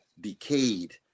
decayed